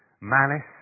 malice